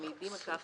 המעידים על כך